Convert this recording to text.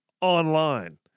Online